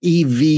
EV